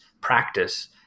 practice